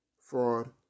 fraud